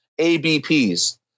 ABPs